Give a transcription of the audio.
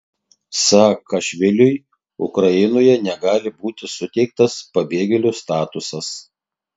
saakašviliui ukrainoje negali būti suteiktas pabėgėlio statusas